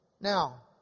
Now